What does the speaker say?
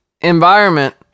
environment